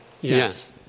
Yes